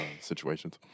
situations